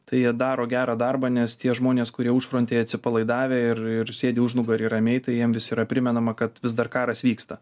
tai jie daro gerą darbą nes tie žmonės kurie užfrontėje atsipalaidavę ir ir sėdi užnugary ramiai tai jiem vis yra primenama kad vis dar karas vyksta